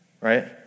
Right